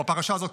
בפרשה הזאת,